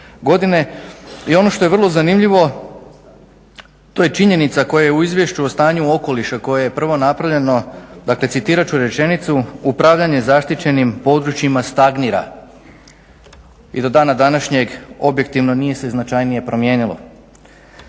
godine. I ono što je vrlo zanimljivo, to je činjenica koja je u Izvješću o stanju okoliša koje je prvo napravljeno, dakle citirat ću rečenicu, upravljanje zaštićenim područjima stagnira i do dana današnjeg objektivno nije se značajnije promijenilo.